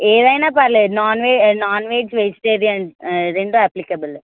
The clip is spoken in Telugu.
ఏదైనా పర్లేదు నాన్ వే నాన్ వెజ్ వెజిటేరియన్ రెండు అప్లికబుల్